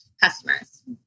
customers